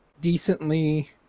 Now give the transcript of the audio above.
Decently